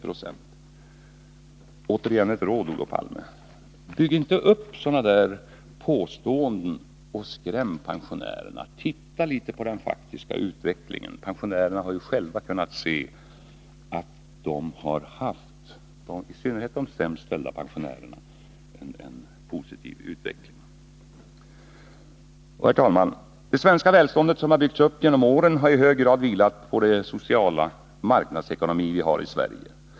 Jag vill återigen ge ett råd till Olof Palme: Bygg inte upp sådana där påståenden och skräm pensionärerna! Titta litet på den faktiska utvecklingen! Pensionärerna har ju själva kunnat se att de —i synnerhet de sämst ställda pensionärerna — har haft en positiv utveckling. Herr talman! Det svenska välstånd som byggts upp genom åren har i hög grad vilat på den sociala marknadsekonomi vi har i Sverige.